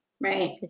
right